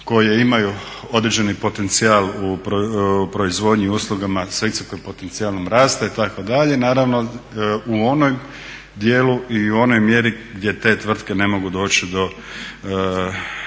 koje imaju određeni potencijal u proizvodnji i uslugama s visokim potencijalom rasta itd. naravno u onom dijelu i u onoj mjeri gdje te tvrtke ne mogu doći do